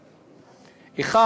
נפש,